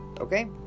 Okay